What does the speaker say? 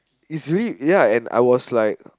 is really ya and I was like